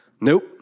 Nope